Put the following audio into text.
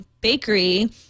bakery